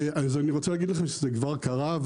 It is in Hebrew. אני רוצה להגיד לכם שזה כבר קרה.